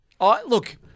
Look